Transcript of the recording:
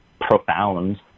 profound